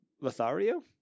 Lothario